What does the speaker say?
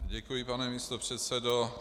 Děkuji, pane místopředsedo.